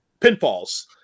pinfalls